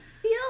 Feel